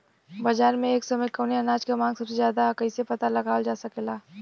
बाजार में एक समय कवने अनाज क मांग सबसे ज्यादा ह कइसे पता लगावल जा सकेला?